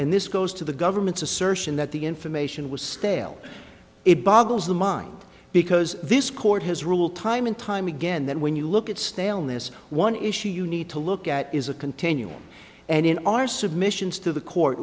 and this goes to the government's assertion that the information was stale it boggles the mind because this court has ruled time and time again that when you look at staleness one issue you need to look at is a continuum and in our submissions to the court